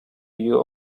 you